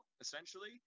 essentially